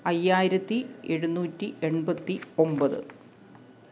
അയ്യായിരത്തി എഴുന്നൂറ്റി എൺപത്തി ഒൻപത്